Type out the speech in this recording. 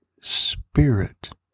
Spirit